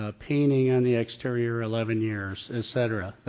ah painting on the exteiror, eleven years, et cetera,